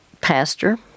pastor